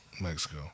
Mexico